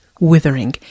withering